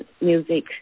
music